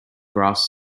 grass